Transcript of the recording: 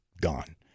gone